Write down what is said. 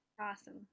Awesome